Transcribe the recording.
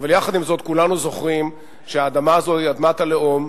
אבל יחד עם זאת כולנו זוכרים שהאדמה הזאת היא אדמת הלאום,